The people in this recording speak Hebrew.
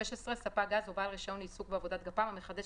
ספק גז או בעל רישיון לעיסוק בעבודת גפ"מ המחדש